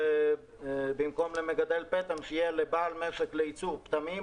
פעם ראשונה שהשתמשנו בהגדרה של יישובים חדשים,